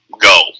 go